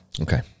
Okay